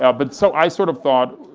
ah but so, i sort of thought,